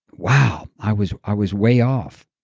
wow, i was i was way off.